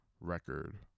record